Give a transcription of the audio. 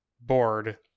bored